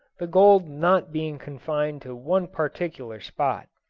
the gold not being confined to one particular spot.